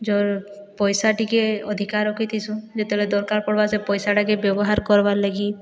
ଯୋଉ ପଇସା ଟିକେ ଅଧିକା ରଖିଥିସୁଁ ଯେତେବେଳେ ଦରକାର ପଡ଼୍ବା ସେ ପଇସାଟାକେ ବ୍ୟବହାର କର୍ବାର୍ ଲାଗି